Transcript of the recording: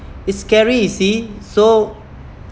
it's scary you see so